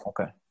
okay